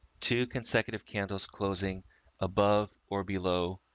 two consecutive candles closing above or below